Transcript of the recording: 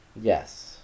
Yes